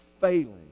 failing